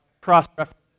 cross-reference